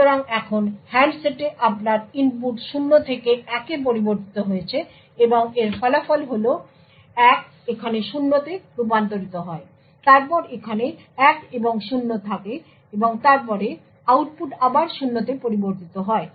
সুতরাং এখন হ্যান্ডসেটে আপনার ইনপুট 0 থেকে 1 পরিবর্তিত হয়েছে এবং এর ফলাফল হল 1 এখানে 0 তে রূপান্তরিত হয় তারপর এখানে 1 এবং 0 থাকে এবং তারপরে আউটপুট আবার 0 এ পরিবর্তিত হয়